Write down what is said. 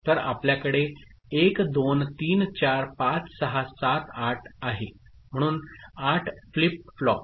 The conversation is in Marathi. तर आपल्याकडे 1 2 3 4 5 6 7 8 आहे म्हणून 8 फ्लिप फ्लॉप